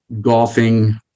golfing